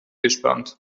gespannt